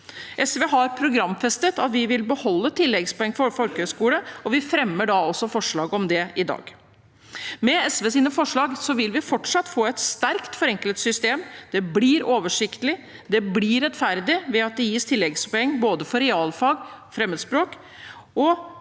SV har programfestet at vi vil beholde tilleggspoeng for folkehøyskole, og vi fremmer også forslag om det i dag. Med SVs forslag vil vi fortsatt få et sterkt forenklet system. Det blir oversiktlig, og det blir rettferdig ved at det gis tilleggspoeng for både realfag og fremmedspråk